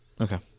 okay